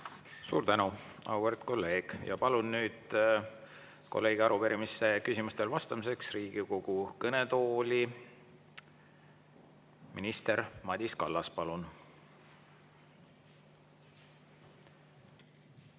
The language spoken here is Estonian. Suur tänu, auväärt kolleeg! Palun nüüd kolleegi arupärimise küsimustele vastamiseks Riigikogu kõnetooli minister Madis Kallase. Palun!